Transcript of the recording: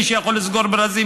מי שיכול לסגור ברזים,